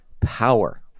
power